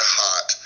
hot